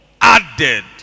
added